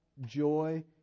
joy